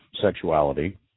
sexuality